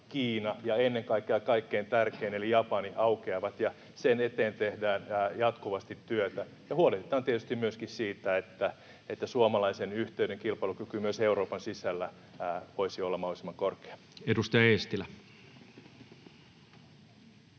ja ennen kaikkea kaikkein tärkein eli Japani aukeavat, ja sen eteen tehdään jatkuvasti työtä — ja huolehditaan tietysti myöskin siitä, että suomalaisen yhteyden kilpailukyky myös Euroopan sisällä voisi olla mahdollisimman korkea. [Speech